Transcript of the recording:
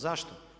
Zašto?